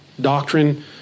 doctrine